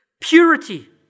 purity